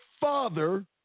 father